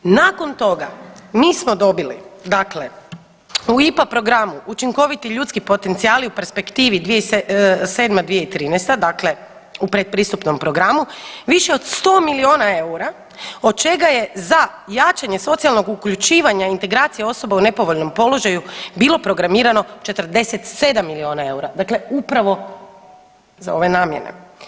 Nakon toga mi smo dobili dakle u IPA programu učinkoviti ljudski potencijali u perspektivi 2007.-2013., dakle u pretpristupnom programu više od 100 milijuna eura od čega je za jačanje socijalnog uključivanja i integracije osoba u nepovoljnom položaju bilo programirano 47 milijuna eura, dakle upravo za ove namjene.